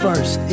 First